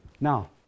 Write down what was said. Now